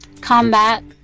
combat